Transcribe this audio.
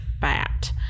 fat